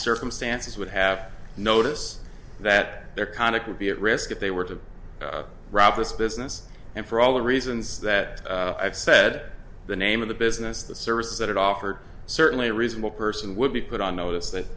circumstances would have notice that their conduct would be at risk if they were to rob this business and for all the reasons that i've said the name of the business the services that it offered certainly a reasonable person would be put on notice that